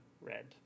red